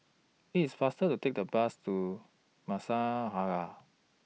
IT IS faster to Take The Bus to Masjid An Nahdhah